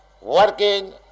working